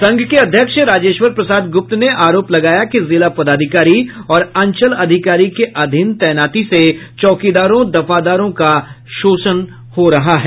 संघ के अध्यक्ष राजेश्वर प्रसाद गुप्त ने आरोप लगाया कि जिला पदाधिकारी और अंचल अधिकारी के अधीन तैनाती से चौकीदारों दफादारों का शोषण हो रहा है